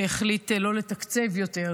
שהחליט לא לתקצב יותר,